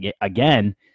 again